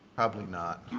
probably not.